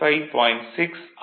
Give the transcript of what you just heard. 6 R